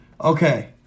okay